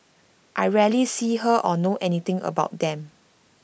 I rarely see her or know anything about them